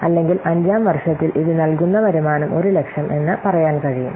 അല്ലെങ്കിൽ അഞ്ചാം വർഷത്തിൽ ഇത് നൽകുന്ന വരുമാനം 100000 എന്ന് പറയാൻ കഴിയും